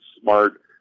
smart